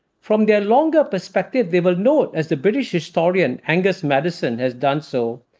from their longer perspective, they will know it, as the british historian, angus maddison, has done so,